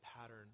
pattern